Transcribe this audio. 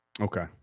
Okay